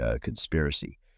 conspiracy